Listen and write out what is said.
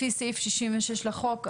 לפי סעיף 66 לחוק,